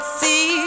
see